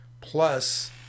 plus